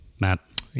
matt